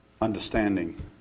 understanding